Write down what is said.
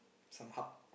some hub